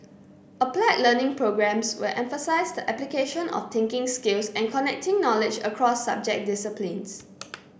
applied Learning programmes will emphasise the application of thinking skills and connecting knowledge across subject disciplines